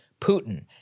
Putin